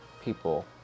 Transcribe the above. people